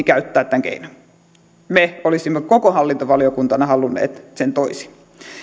käyttää tämän keinon me olisimme koko hallintovaliokuntana halunneet sen toisin